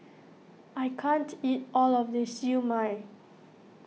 I can't eat all of this Siew Mai